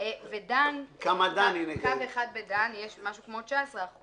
קו 1 בדן, יש משהו כמו 19%